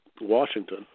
Washington